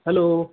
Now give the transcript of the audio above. hello